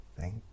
thank